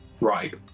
Right